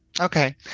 okay